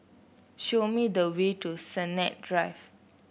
show me the way to Sennett Drive